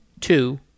two